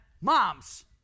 moms